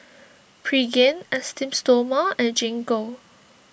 Pregain Esteem Stoma and Gingko